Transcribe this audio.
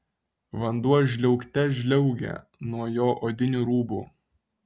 vanduo žliaugte žliaugė nuo jo odinių rūbų